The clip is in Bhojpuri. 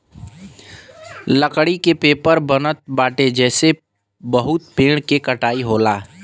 लकड़ी के पेपर बनत बाटे जेसे बहुते पेड़ के कटाई होला